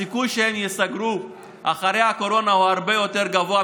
הסיכוי שהם ייסגרו אחרי הקורונה הוא הרבה יותר גבוה,